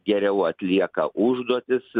geriau atlieka užduotis